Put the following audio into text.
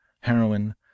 heroin